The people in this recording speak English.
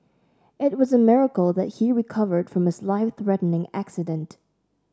it was a miracle that he recovered from his life threatening accident